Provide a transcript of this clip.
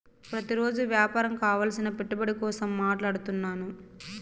ప్రతిరోజు వ్యాపారం కావలసిన పెట్టుబడి కోసం మాట్లాడుతున్నాను